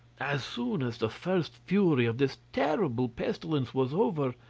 as soon as the first fury of this terrible pestilence was over,